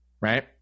right